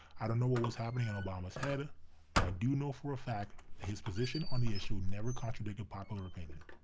i don't know what was happening in obama's head but i do know for a fact that his position on the issue never contradicted popular opinion.